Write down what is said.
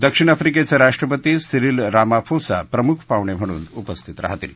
दक्षिण आफ्रीकेचे राष्ट्रपती सिरिल रामाफोसा प्रमुख पाहुणे म्हणून उपस्थित राहतील